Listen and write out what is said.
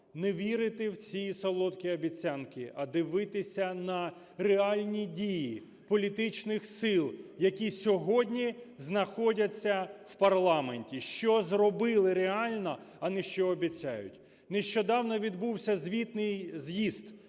не вірити в ці солодкі обіцянки, а дивитися на реальні дії політичних сил, які сьогодні знаходяться у парламенті: що зробили реально, а не що обіцяють. Нещодавно відбувся звітний з'їзд